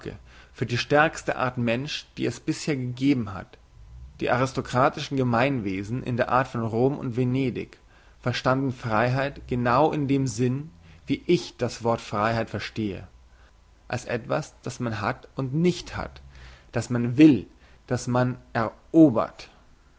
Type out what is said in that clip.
für die stärkste art mensch die es bisher gegeben hat die aristokratischen gemeinwesen in der art von rom und venedig verstanden freiheit genau in dem sinne wie ich das wort freiheit verstehe als etwas das man hat und nicht hat das man will das man erobert